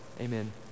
amen